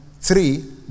three